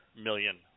million